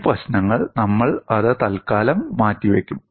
ഈ പ്രശ്നങ്ങൾ നമ്മൾ അത് തൽക്കാലം മാറ്റിവയ്ക്കും